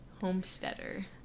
Homesteader